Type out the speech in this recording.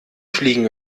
fliegen